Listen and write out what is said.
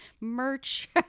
merch